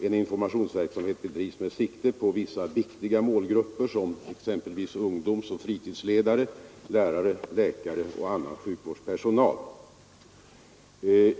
En informationsverksamhet bedrivs med sikte på vissa viktiga målgrupper som exempelvis ungdomsoch fritidsledare, lärare, läkare och annan sjukvårdspersonal.